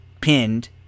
pinned